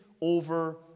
over